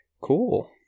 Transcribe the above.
Cool